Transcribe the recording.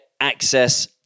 access